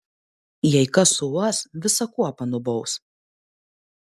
jei kas suuos visą kuopą nubaus